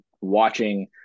watching